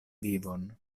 vivon